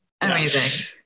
amazing